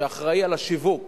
שאחראי לשיווק